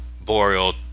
Boreal